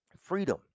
Freedom